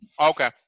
Okay